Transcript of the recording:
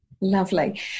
Lovely